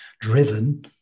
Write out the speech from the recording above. Driven